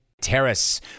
Terrace